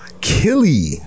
Killy